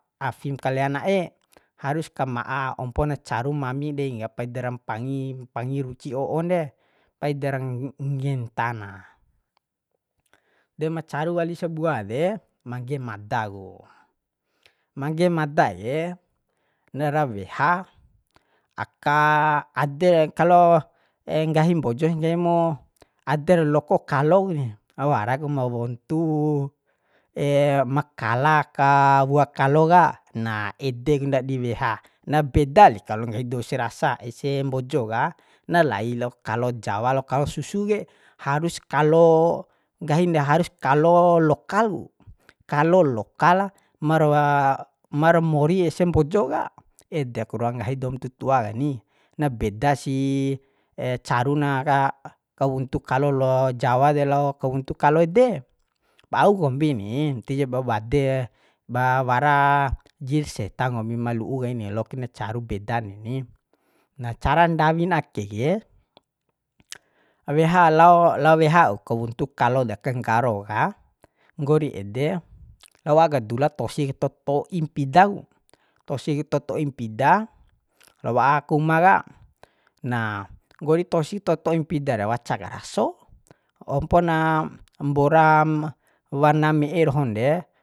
Afim kalea na'e harus ka ma'a ompona caru mami deinka paidara mpangi mpangi ruci o'on de paidar genta na de macaru wali sabua de mangge mada ku mangge mada ke na ra weha aka ader kalo nggahi mbojon nggahi mu ader loko kuni wara ku ma wontu ma kala ka wua kalo ka na edek ndadi weha na beda li kalo nggahi dou se rasa ese mbojo ka na lai lao kalo jawa la'o kalo susu ke harus kalo nggahin de harus kalo lokal ku kalo lokala mar wa mar mori ese mbojo ka ede ku ruan nggahi doum tutua kani na beda si caruna ka kawuntu kalo lo jawa de lao kawunru kalo ede bau kombi ni ti ja babade ba wara jir setan kombi ma lu'u kaini lokir na caru bedan neni na cara ndawin ake ke weha lao lao wea'uk kawuntu ka nggaro ka nggori ede lao wa'a ka dula tosi ka to to'i mpida ku tosi ka tot to'i mpida lao wa'a aka uma ka nah nggori tosi ka toto'i mpida re waca karaso ku ompona mbora ma warna me'e dohon re